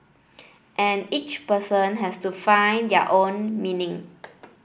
and each person has to find their own meaning